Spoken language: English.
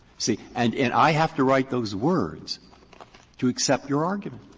see, and and i have to write those words to accept your argument,